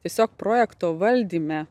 tiesiog projekto valdyme